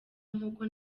nk’uko